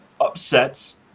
upsets